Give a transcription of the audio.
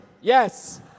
Yes